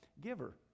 giver